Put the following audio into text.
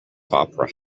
opera